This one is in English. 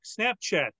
Snapchat